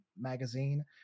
magazine